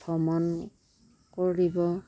ভ্ৰমণ কৰিব